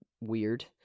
weird